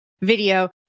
video